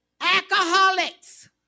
alcoholics